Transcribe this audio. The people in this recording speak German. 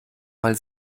mal